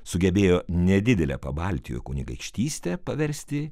sugebėjo nedidelę pabaltijo kunigaikštystę paversti